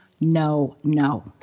no-no